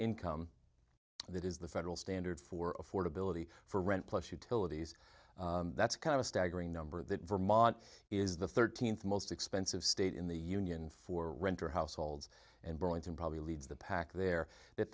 income that is the federal standard for affordability for rent plus utilities that's kind of a staggering number that vermont is the thirteenth most expensive state in the union for renter households and burlington probably leads the pack there